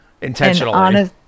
intentionally